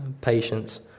patience